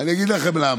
אני אגיד לכם למה.